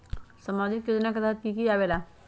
समाजिक योजना के तहद कि की आवे ला?